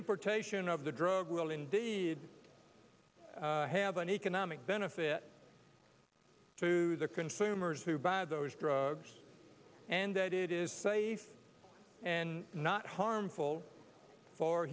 importation of the drug will indeed have an economic benefit to the consumers who buy those drugs and that it is safe and not harmful for